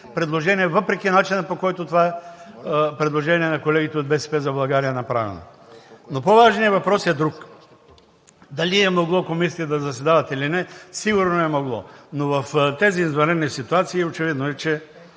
предложения, въпреки начина, по който това предложение на колегите от „БСП за България“ е направено. Но по-важният въпрос е друг: дали е могло комисиите да заседават или не – сигурно е могло. Но в тези извънредни ситуации, очевидно е,